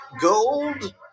gold